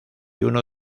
uno